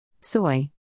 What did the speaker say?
Soy